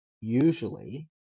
usually